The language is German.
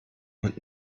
und